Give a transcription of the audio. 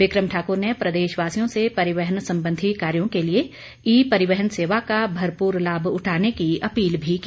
विक्रम ठाकुर ने प्रदेशवासियों से परिवहन संबंधी कार्यों के लिए ई परिवहन सेवा का भरपूर लाभ उठाने की भी अपील की